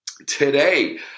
Today